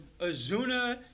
Azuna